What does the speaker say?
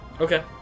Okay